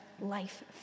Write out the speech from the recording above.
life